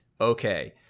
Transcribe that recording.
okay